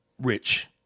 rich